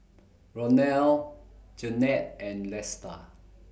Ronal Jennette and Lesta